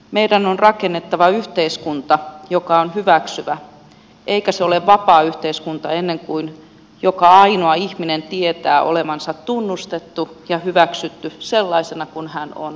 meidän on rakennettava yhteiskunta joka on hyväksyvä eikä se ole vapaa yhteiskunta ennen kuin joka ainoa ihminen tietää olevansa tunnustettu ja hyväksytty sellaisena kuin hän on